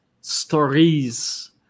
stories